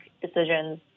decisions